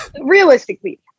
realistically